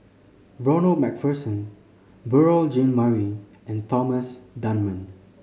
Ronald Macpherson Beurel Jean Marie and Thomas Dunman